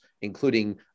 including